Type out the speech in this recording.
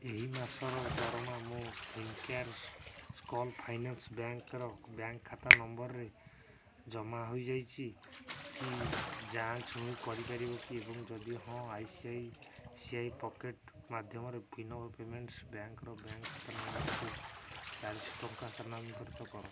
ଏହି ମାସର ଦରମା ମୋ ଫିନକେୟାର୍ ସ୍ମଲ୍ ଫାଇନାନ୍ସ୍ ବ୍ୟାଙ୍କ୍ର ବ୍ୟାଙ୍କ୍ ଖାତା ନମ୍ବର୍ରେ ଜମା ହେଇଛି କି ନାହିଁ ଯାଞ୍ଚ କରିପାରିବ କି ଏବଂ ଯଦି ହଁ I C I C I pocket ମାଧ୍ୟମରେ ଫିନୋ ପେମେଣ୍ଟ୍ସ୍ ବ୍ୟାଙ୍କ୍ର ବ୍ୟାଙ୍କ୍ ଖାତା ନମ୍ବର୍କୁ ଚାରିଶହ ଟଙ୍କା ସ୍ଥାନାନ୍ତରିତ କର